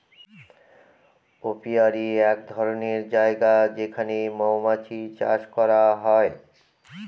apiary এক ধরনের জায়গা যেখানে মৌমাছি চাষ করা হয়